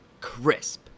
crisp